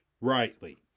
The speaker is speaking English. rightly